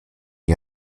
die